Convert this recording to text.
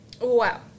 Wow